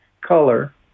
color